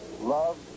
love